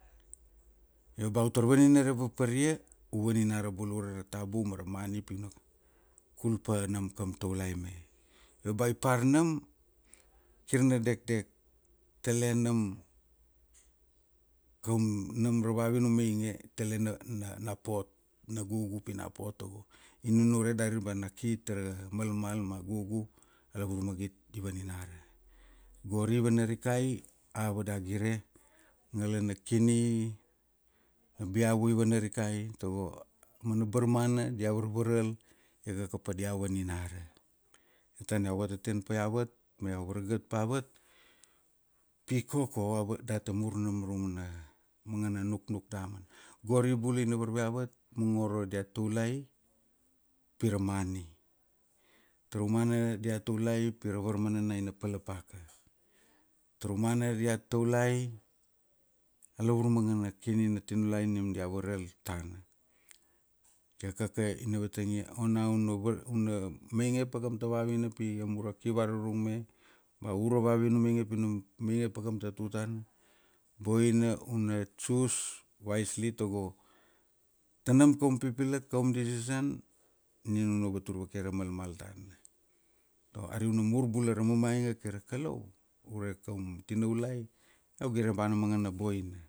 Io ba u tar vaninare paparia, u vaninara bula ure ra tabu mara mani pi na kul pa nam kaum taulai me. Io ba i par nam, kir na dekdek tele nam, koum nam ra vavina u mainge tele na na pot na gugu pi na pot tago i nunure dari ba na ki tara malmal ma gugu alavur magit i vaninara. Gori i vannarikai ava dia gire ngalana na kini na biavi i vana rikai togo mana barmana dia varvaral iakaka pa dia vaninara tana iau vateten paiavat ma iau varagat pavat pi koko ava data mur nam ra umana mangana nuknuk damana. Gori bula ina varve avet mongoro dia taulai pira mani, taraumana dia taulai pira varmananai na palapaka, taraumana dia taulai a lavur mangana kini na tinaulai nam dia varal tana. Iakaka ina vatangia ona una var una mainge pa kaum ta vavina pi amura ki varurung me ba u ra vavina u mainge pi na mainge pa kaum ta tutana, boina una choose wisely tago tanam koum pipilak, koum decision nina u vatur vake ra malmal tana. Io ari una mur bula ra mamainga kaira Kalau ure koum tinaulai iau gire ba na mangana boina.